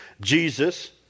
Jesus